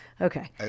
okay